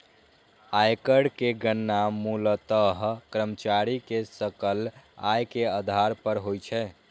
आयकर के गणना मूलतः कर्मचारी के सकल आय के आधार पर होइ छै